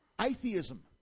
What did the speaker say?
atheism